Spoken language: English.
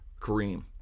Kareem